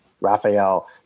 Raphael